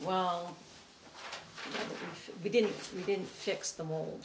well we didn't we didn't fix the mol